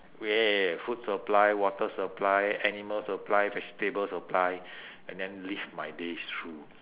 eh food supply water supply animal supply vegetable supply and then live my days through